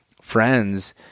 friends